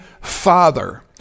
father